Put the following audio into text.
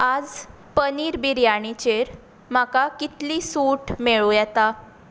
आयज पनीर बिर्याणीचेर म्हाका कितली सूट मेळूं येता